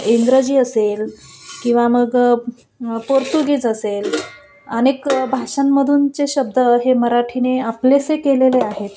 इंग्रजी असेल किंवा मग पोर्तुगीज असेल अनेक भाषांमधूनचे शब्द हे मराठीने आपलेसे केलेले आहेत